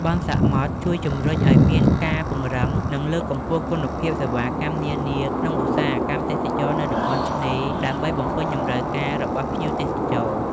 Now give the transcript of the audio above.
បុណ្យសមុទ្រជួយជំរុញឲ្យមានការពង្រឹង និងលើកកម្ពស់គុណភាពសេវាកម្មនានាក្នុងឧស្សាហកម្មទេសចរណ៍នៅតាមតំបន់ឆ្នេរ ដើម្បីបំពេញតម្រូវការរបស់ភ្ញៀវទេសចរ។